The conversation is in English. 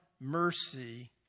mercy